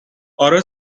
آره